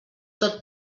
tot